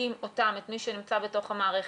מחזקים אותם, את מי שנמצא בתוך המערכת?